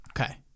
Okay